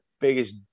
biggest